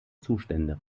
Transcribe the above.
zustände